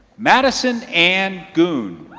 madison ann goon.